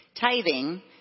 Tithing